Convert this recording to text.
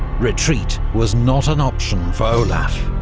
retreat was not an option for olaf.